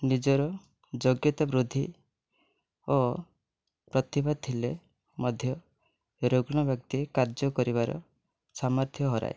ନିଜର ଯୋଗ୍ୟତା ବୃଦ୍ଧି ଓ ପ୍ରତିଭା ଥିଲେ ମଧ୍ୟ ରୁଗ୍ଣ ବ୍ୟକ୍ତି କାର୍ଯ୍ୟ କରିବାର ସାମର୍ଥ୍ୟ ହରାଏ